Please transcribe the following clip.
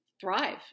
thrive